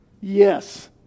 Yes